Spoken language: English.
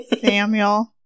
Samuel